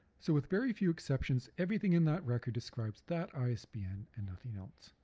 so with very few exceptions, everything in that record describes that isbn and nothing else.